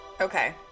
Okay